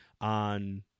on